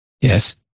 Yes